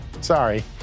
sorry